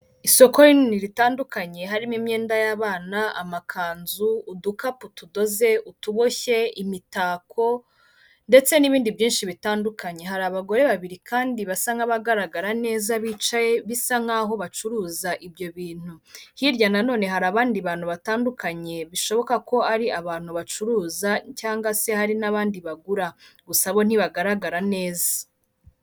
Isoko rinini ritandukanye harimo imyenda y'abana, amakanzu, udukapu tudoze, utuboshye, imitako ndetse n'ibindi byinshi bitandukanye, hari abagore babiri kandi basa nk'abagaragara neza bicaye bisa nkaho bacuruza ibyo bintu, hirya nanone hari abandi bantu batandukanye bishoboka ko ari abantu bacuruza cyangwa se hari n'abandi bagura, gusa bo ntibagaragara neza.